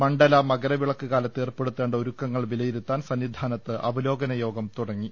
മണ്ഡല മകരവിളക്ക് കാലത്ത് ഏർപ്പെടുത്തേണ്ട ഒരുക്കങ്ങൾ വിലയിരുത്താൻ സന്നിധാനത്ത് അവലോകന യോഗം തുടങ്ങി